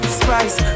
spice